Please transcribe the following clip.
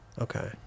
Okay